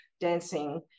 dancing